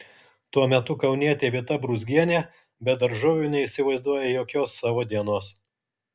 tuo metu kaunietė vita brūzgienė be daržovių neįsivaizduoja jokios savo dienos